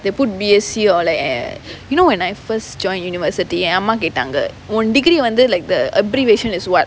they put B_A_C or like eh you know when I first join university என் அம்மா கேட்டாங்க ஒன்:en amma kettaanga on degree வந்து:vanthu like the abbreviation is [what]